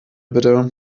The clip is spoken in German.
bitte